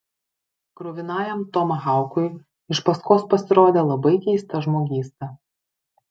kruvinajam tomahaukui iš paskos pasirodė labai keista žmogysta